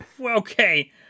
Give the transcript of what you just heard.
Okay